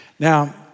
Now